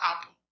apple